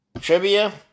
Trivia